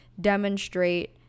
demonstrate